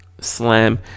slam